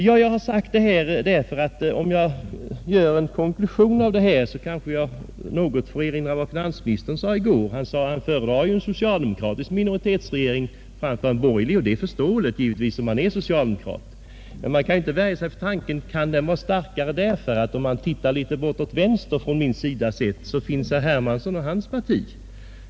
Om jag skall göra en konklusion, får jag kanske erinra om nägot av vad finansministern sade i går. Han föredrar en socialdemokratisk minoritetsregering framför en borgerlig, och det är givetvis förståeligt eftersom han är socialdemokrat. Men man kan inte värja sig för frågan varför den regeringen är starkare. Litet åt vänster finns herr Hermansson och hans parti.